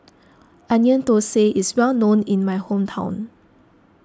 Onion Thosai is well known in my hometown